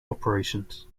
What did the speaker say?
operations